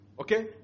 okay